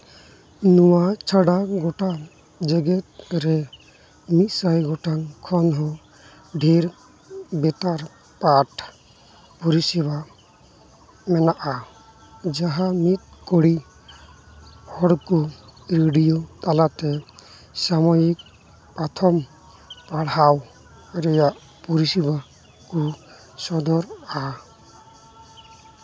ᱱᱚᱣᱟ ᱪᱷᱟᱰᱟ ᱜᱳᱴᱟ ᱡᱮᱜᱮᱫ ᱨᱮ ᱢᱤᱫ ᱥᱟᱭ ᱜᱚᱴᱟᱝ ᱠᱷᱚᱱ ᱦᱚᱸ ᱰᱷᱮᱨ ᱵᱮᱴᱟᱨ ᱯᱟᱴ ᱯᱚᱨᱤᱥᱮᱵᱟ ᱢᱮᱱᱟᱜᱼᱟ ᱡᱟᱦᱟᱸ ᱢᱤᱫ ᱠᱚᱲᱤ ᱦᱚᱲ ᱠᱚ ᱨᱮᱰᱤᱭᱳ ᱛᱟᱞᱟᱛᱮ ᱥᱟᱢᱚᱭᱤᱠ ᱯᱟᱛᱷᱟᱢ ᱯᱟᱲᱦᱟᱣ ᱨᱮᱭᱟᱜ ᱯᱚᱨᱤᱥᱮᱵᱟ ᱠᱚ ᱥᱚᱫᱚᱨᱟ